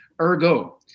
ergo